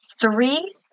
three